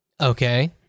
Okay